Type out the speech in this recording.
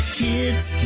kids